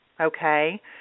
okay